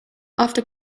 after